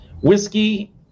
Whiskey